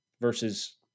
Versus